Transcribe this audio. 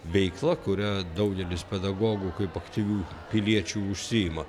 veikla kuria daugelis pedagogų kaip aktyvių piliečių užsiima